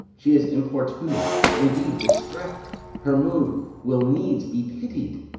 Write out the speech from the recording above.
she is importunate indeed distract her mood will needs be pitied.